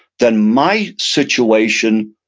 then my situation,